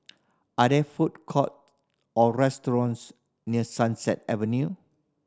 are there food courts or restaurants near Sunset Avenue